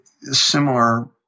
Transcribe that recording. Similar